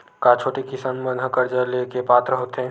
का छोटे किसान मन हा कर्जा ले के पात्र होथे?